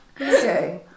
Okay